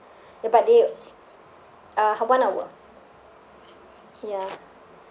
ya but then uh one hour ya